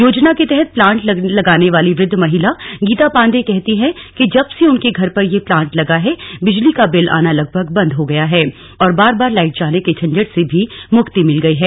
योजना के तहत प्लांट लगाने वाली वृद्ध महिला गीता पांडे कहती हैं कि जब से उनके घर पर यह प्लांट लगा है बिजली का बिल आना लगभग बंद हो गया है और बार बार लाइट जाने के झंझट से भी मुक्ति मिल गई है